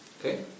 okay